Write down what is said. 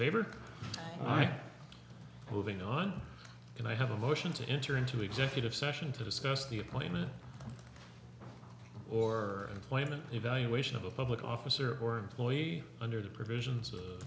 favor i move in on and i have a motion to enter into executive session to discuss the appointment or employment evaluation of a public officer or employee under the provisions